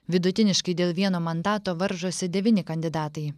vidutiniškai dėl vieno mandato varžosi devyni kandidatai